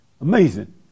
Amazing